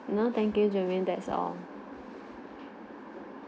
no thank you germane that's all thank you bye by